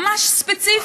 הם ממש ספציפיים,